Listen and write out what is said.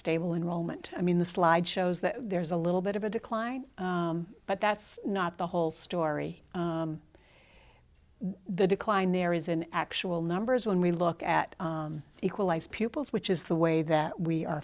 stable in rome and i mean the slide shows that there's a little bit of a decline but that's not the whole story the decline there is an actual numbers when we look at equalized pupils which is the way that we are